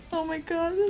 oh my god.